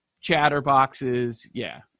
chatterboxes—yeah